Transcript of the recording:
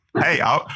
Hey